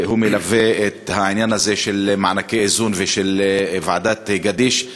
שהוא מלווה את העניין הזה של מענקי איזון ושל ועדת גדיש.